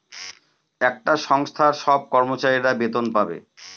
একটা সংস্থার সব কর্মচারীরা বেতন পাবে